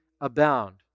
abound